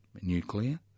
nuclear